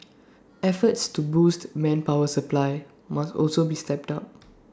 efforts to boost manpower supply must also be stepped up